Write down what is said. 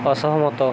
ଅସହମତ